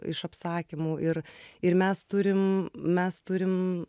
iš apsakymų ir ir mes turim mes turim